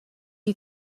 you